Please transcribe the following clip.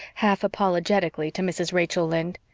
half apologetically, to mrs. rachel lynde.